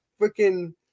freaking